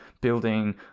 building